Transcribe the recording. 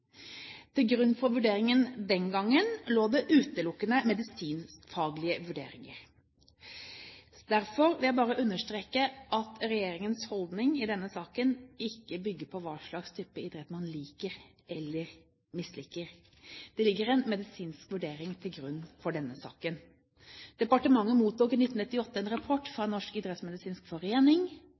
Til grunn for vurderingen den gangen lå det utelukkende medisinskfaglige vurderinger. Derfor vil jeg bare understreke at regjeringens holdning i denne saken ikke bygger på hva slags type idrett man liker eller misliker. Det ligger en medisinsk vurdering til grunn for denne saken. Departementet mottok i 1998 en rapport fra Norsk idrettsmedisinsk forening,